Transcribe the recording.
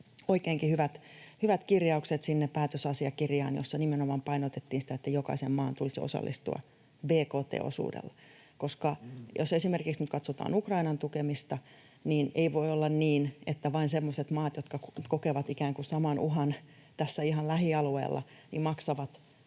oikeinkin hyvät kirjaukset sinne päätösasiakirjaan, jossa nimenomaan painotettiin sitä, että jokaisen maan tulisi osallistua bkt-osuudella, koska jos esimerkiksi nyt katsotaan Ukrainan tukemista, niin ei voi olla niin, että vain semmoiset maat, jotka kokevat ikään kuin saman uhan tässä ihan lähialueella, maksavat